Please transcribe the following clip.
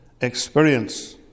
experience